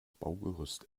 baugerüst